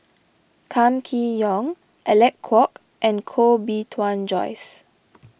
Kam Kee Yong Alec Kuok and Koh Bee Tuan Joyce